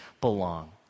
belong